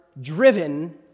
driven